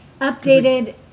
updated